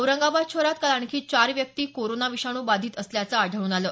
औरंगाबाद शहरात काल आणखी चार व्यक्ती कोरोना विषाणू बाधित असल्याचं आढळून आलं